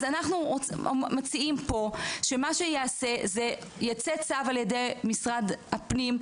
אז אנחנו מציעים פה שמה שייעשה זה שיצא צו על ידי משרד הפנים,